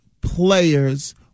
players